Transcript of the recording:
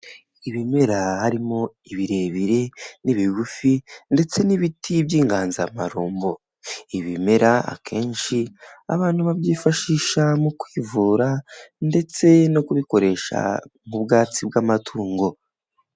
Ibimera harimo ibirebire n'ibigufi ndetse n'ibiti by'inganzamarumbo, ibimera akenshi abantu babyifashisha mu kwivura ndetse no kubikoresha mu nk'ubwatsi bw'amatungo.